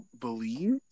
Believe